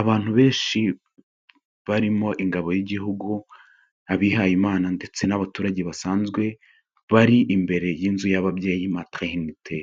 Abantu benshi barimo ingabo y'igihugu, abihaye Imana ndetse n'abaturage basanzwe, bari imbere y'inzu y'ababyeyi materinite.